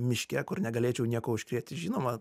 miške kur negalėčiau nieko užkrėsti žinoma